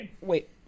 wait